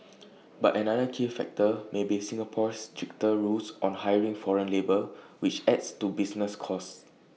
but another key factor may be Singapore's stricter rules on hiring foreign labour which adds to business costs